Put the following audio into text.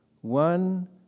One